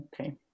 Okay